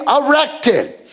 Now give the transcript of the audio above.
erected